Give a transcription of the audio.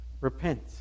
Repent